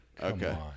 Okay